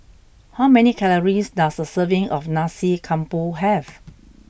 how many calories does a serving of Nasi Campur have